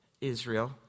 Israel